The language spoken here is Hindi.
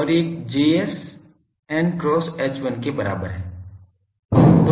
और एक Js n cross H1 के बराबर है